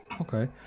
okay